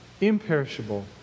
imperishable